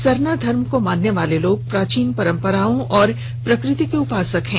सरना धर्म को मानने वाले लोग प्राचीन परंपराओं एवं प्रकृति के उपासक हैं